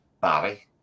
body